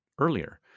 earlier